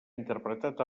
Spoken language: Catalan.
interpretat